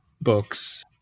books